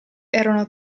erano